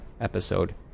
episode